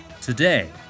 Today